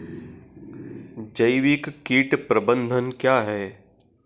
जैविक कीट प्रबंधन क्या है?